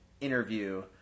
interview